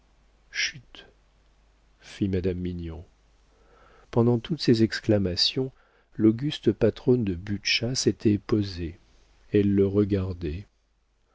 chut fit madame mignon pendant toutes ces exclamations l'auguste patronne de butscha s'était posée elle le regardait